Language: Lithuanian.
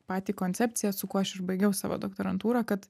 patį koncepciją su kuo aš ir baigiau savo doktorantūrą kad